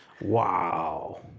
Wow